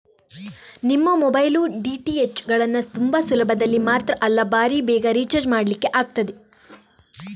ನಿಮ್ಮ mobile, DTH ಗಳನ್ನ ತುಂಬಾ ಸುಲಭದಲ್ಲಿ ಮಾತ್ರ ಅಲ್ಲ ಭಾರೀ ಬೇಗ ರಿಚಾರ್ಜ್ ಮಾಡ್ಲಿಕ್ಕೆ ಆಗ್ತದೆ